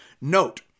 Note